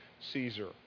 Caesar